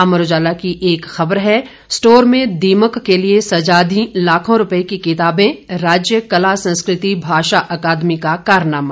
अमर उजाला की एक खबर है स्टोर में दीमक के लिये सजा दीं लाखों रुपये की किताबें राज्य कला संस्कृति भाषा अकादमी का कारनामा